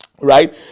Right